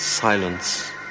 Silence